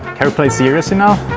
play seriously now?